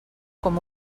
com